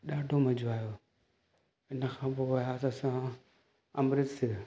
ॾाढो मज़ो आहियो हिन खां पोइ वियासीं असां अमृतसर